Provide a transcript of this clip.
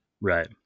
Right